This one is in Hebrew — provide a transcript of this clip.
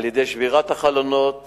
על-ידי שבירת החלונות